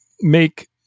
make